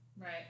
Right